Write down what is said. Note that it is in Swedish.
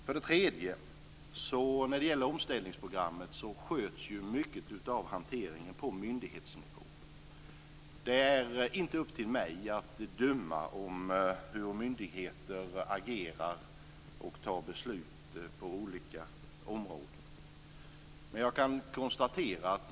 För det tredje sköts en stor del av hanteringen på myndighetsnivå när det gäller omställningsprogrammet. Det är inte upp till mig att döma hur myndigheter agerar och fattar beslut på olika områden.